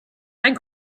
ein